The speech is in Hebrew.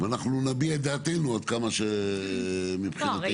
ואנחנו נביע את דעתנו עד כמה שמבחינתנו --- לא.